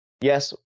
yes